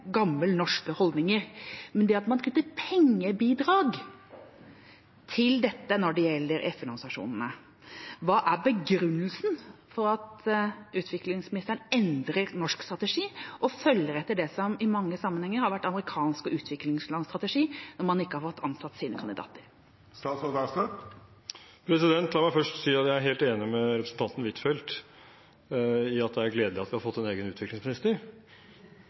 gamle norske holdninger, men over at man kutter pengebidrag til dette når det gjelder FN-organisasjonene. Hva er begrunnelsen for at utviklingsministeren endrer norsk strategi og følger etter det som i mange sammenhenger har vært amerikansk strategi og utviklingslands strategi når man ikke har fått ansatt sine kandidater? La meg først si at jeg er helt enig med representanten Huitfeldt i at det er gledelig at vi har fått en egen